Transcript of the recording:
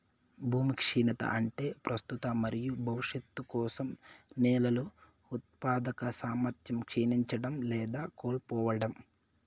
భూమి క్షీణత అంటే ప్రస్తుత మరియు భవిష్యత్తు కోసం నేలల ఉత్పాదక సామర్థ్యం క్షీణించడం లేదా కోల్పోవడం